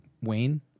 Wayne